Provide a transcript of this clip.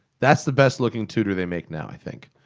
that's the best-looking tudor they make now, i think.